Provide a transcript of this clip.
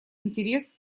интерес